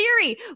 theory